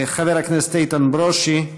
חבר הכנסת איתן ברושי,